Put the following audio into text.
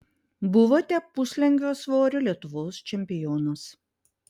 buvote puslengvio svorio lietuvos čempionas